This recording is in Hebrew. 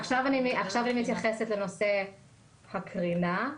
עכשיו אתייחס לנושא הקרינה.